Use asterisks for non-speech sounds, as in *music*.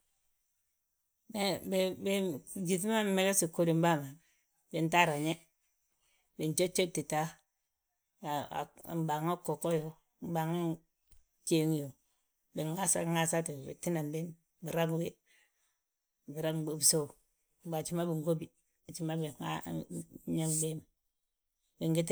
Hee, *hesitation* gyíŧi ma mmegesi ghódim bàa ma binto a rañe. Binjédjedti ta a mbaaŋa ggogo yo, mbaaŋa jéeŋ yo. Binŋaasat ŋaasate gi, binan bine birab wi, birabwi bisów. Mbo haji ma bingóbi, haji ma *hesitation* binyaa gbii ma.